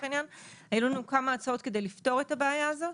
העניין - כמה הצעות כדי לפתור את הבעיה הזאת